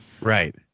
Right